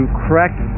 correct